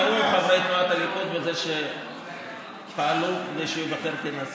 טעו חברי תנועת הליכוד בזה שפעלו כדי שהוא ייבחר לנשיא.